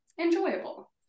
enjoyable